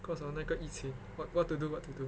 because of 那个疫情 [what] what to do what to do